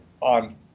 on